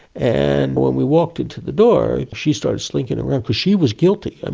and when we walked into the door she started slinking around because she was guilty. and